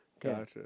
Gotcha